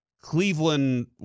Cleveland